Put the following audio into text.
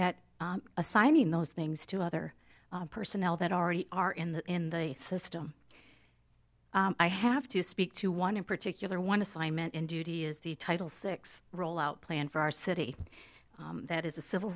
at assigning those things to other personnel that already are in the in the system i have to speak to one in particular one assignment in duty is the title six rollout plan for our city that is a civil